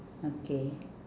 okay